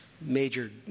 major